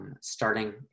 starting